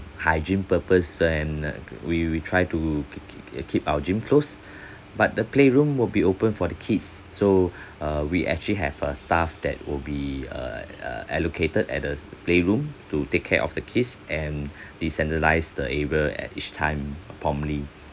hygiene purpose and uh we we try to k~ k~ keep our gym closed but the playroom will be open for the kids so err we actually have a staff that will be err allocated at the playroom to take care of the kids and they sanitise the area at each time uh promptly